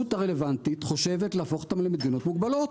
הרלוונטית חושבת להפוך אותם למדינות מוגבלות.